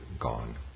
gone